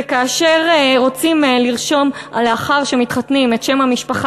וכאשר רוצים לרשום לאחר שמתחתנים את שם המשפחה,